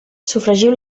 sofregiu